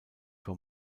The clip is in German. vor